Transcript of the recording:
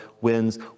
wins